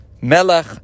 Melech